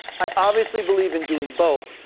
i obviously believe in doing both.